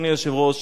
אדוני היושב-ראש,